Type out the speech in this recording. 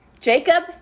Jacob